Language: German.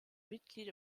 mitglied